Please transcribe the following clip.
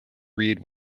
read